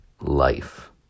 life